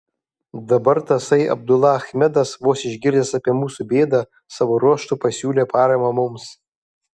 dabar tasai abdula achmedas vos išgirdęs apie mūsų bėdą savo ruožtu pasiūlė paramą mums